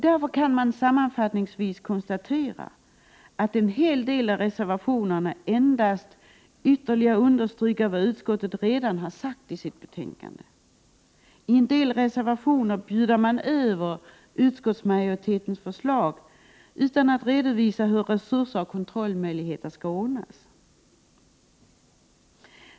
Därför kan jag sammanfattningsvis konstatera, att en hel del av reservationerna endast ytterligare understryker vad utskottet redan sagt i betänkandet. I en del reservationer bjuder man över utskottsmajoritetens förslag, utan att redovisa hur resurser och kontrollmöjligheter skall ordnas.